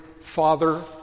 father